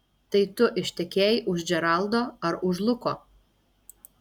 tai tu ištekėjai už džeraldo ar už luko